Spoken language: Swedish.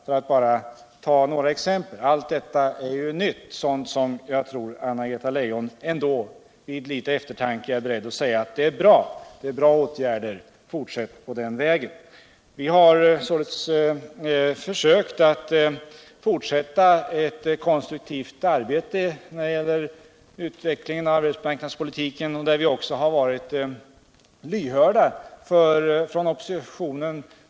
för att ta några exempel. Allt detta är nytt och jag tror att Anna-Greta Leijon efter litet eftertanke är beredd att säga: Det är bra åtgärder, fortsätt på den vägen. Vi har således försökt att fortsätta ett konstruktivt arbete när det gäller utvecklingen av arbetsmarknadspolitiken, och vi har varit lyhörda för önskemål från oppositionen.